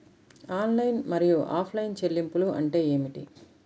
Online మరియు offline చెల్లింపులు అంటే ఏమిటి?